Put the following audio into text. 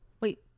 Wait